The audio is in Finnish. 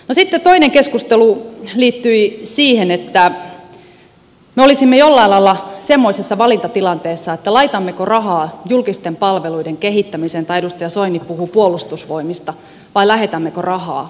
toinen keskustelu liittyi siihen että me olisimme jollain lailla semmoisessa valintatilanteessa että laitammeko rahaa julkisten palveluiden kehittämiseen edustaja soini puhui puolustusvoimista vai lähetämmekö rahaa kriisimaille